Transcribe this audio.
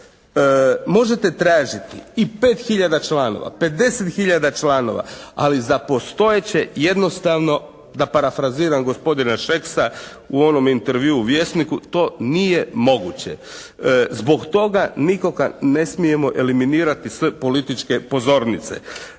možete tražiti i 5 hiljada članova, 50 hiljada članova ali za postojeće jednostavno da parafraziram gospodina Šeksa u onom intervjuu Vjesniku to nije moguće. Zbog toga nikoga ne smijemo eliminirati s političke pozornice.